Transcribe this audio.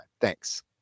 Thanks